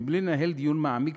מבלי לנהל דיון מעמיק